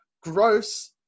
gross